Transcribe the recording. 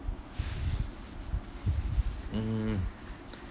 hmm